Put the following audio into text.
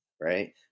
right